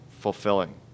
fulfilling